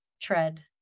tread